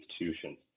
institutions